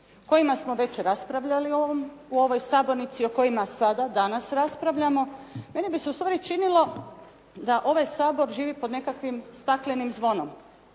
kojima smo već raspravljali u ovoj sabornici i o kojima sada, danas raspravljamo meni bi se u stvari činilo da ovaj Sabor živi pod nekakvim staklenim zvonom,